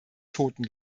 toten